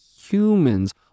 humans